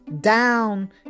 down